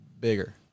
bigger